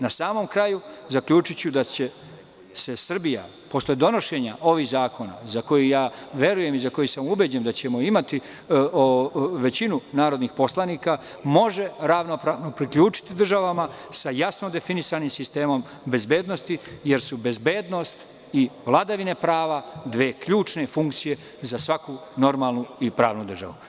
Na samom kraju, zaključiću da će se Srbija posle donošenja ovih zakona, za koje verujem i za koje sam ubeđen da ćemo imati većinu narodnih poslanika, ravnopravno priključiti državama sa jasno definisanim sistemom bezbednosti, jer su bezbednost i vladavina prava dve ključne funkcije za svaku normalnu i pravnu državu.